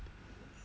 mmhmm